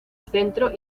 centro